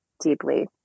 deeply